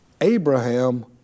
Abraham